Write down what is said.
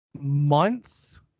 Months